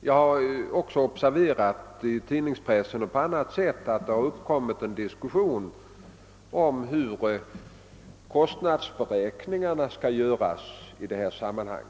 Jag har observerat i tidningspressen och på annat sätt att det har uppstått en diskussion om hur kostnadsberäkningarna skall göras i detta sammanhang.